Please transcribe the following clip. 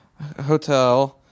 hotel